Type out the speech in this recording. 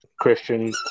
Christian